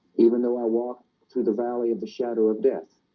even though i walk through the valley of the shadow of death,